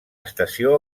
estació